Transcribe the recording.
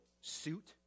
suit